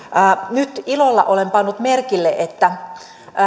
nyt ilolla olen pannut merkille että